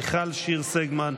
מיכל שיר סגמן,